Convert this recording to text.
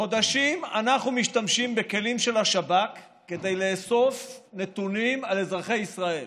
חודשים אנחנו משתמשים בכלים של השב"כ כדי לאסוף נתונים על אזרחי ישראל.